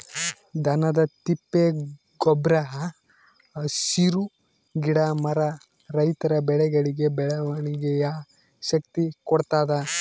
ದನದ ತಿಪ್ಪೆ ಗೊಬ್ರ ಹಸಿರು ಗಿಡ ಮರ ರೈತರ ಬೆಳೆಗಳಿಗೆ ಬೆಳವಣಿಗೆಯ ಶಕ್ತಿ ಕೊಡ್ತಾದ